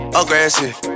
aggressive